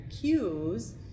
cues